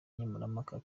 nkemurampaka